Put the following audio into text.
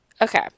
Okay